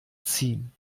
ziehen